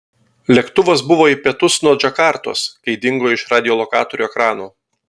lėktuvas buvo į pietus nuo džakartos kai dingo iš radiolokatorių ekranų